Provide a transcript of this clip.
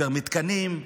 יותר מתקנים,